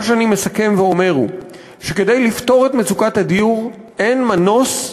אני מסכם ואומר שכדי לפתור את מצוקת הדיור אין מנוס,